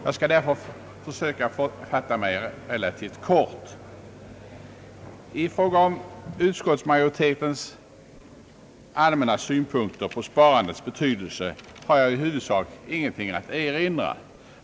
Jag skall därför försöka fatta mig relativt kort. I fråga om utskottsmajoritetens allmänna synpunkter på sparandets betydelse har jag i huvudsak ingenting att att erinra.